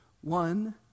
One